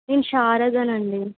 నేను శారదనండి